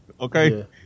okay